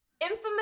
infamous